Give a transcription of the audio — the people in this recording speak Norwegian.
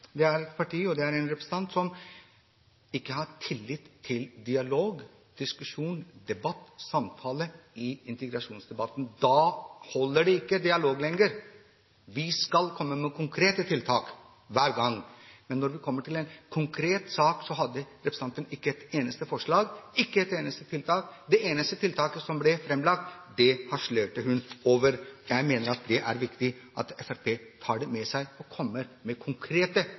Det er en representant og et parti som ikke har tillit til dialog, diskusjon, debatt og samtale når det gjelder integrasjon. Da holder det ikke med dialog lenger – vi skal komme med konkrete tiltak hver gang. Men når man kommer til en konkret sak, hadde representanten ikke et eneste forslag, ikke et eneste tiltak. Det eneste tiltaket som ble framlagt, harselerte hun over. Jeg mener det er viktig at Fremskrittspartiet tar det med seg og kommer med konkrete